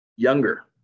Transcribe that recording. Younger